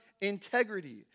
integrity